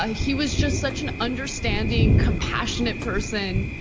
ah he was just such an understanding, compassionate person.